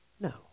No